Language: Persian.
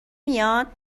میاد